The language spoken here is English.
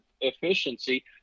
efficiency